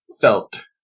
felt